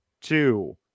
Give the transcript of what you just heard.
two